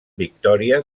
victòria